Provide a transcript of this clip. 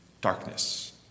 darkness